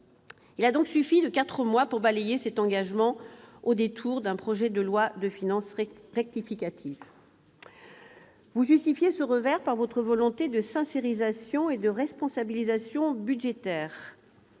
Il a donc suffi de quatre mois pour balayer cet engagement au détour d'un projet de loi de finances rectificative. Monsieur le ministre, vous justifiez ce revers par votre volonté de sincérisation et de responsabilisation budgétaire-